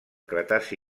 cretaci